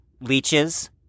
leeches